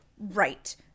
Right